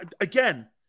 Again